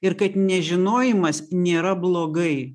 ir kad nežinojimas nėra blogai